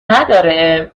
نداره